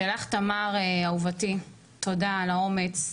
ולך, תמר אהובתי, תודה על האומץ,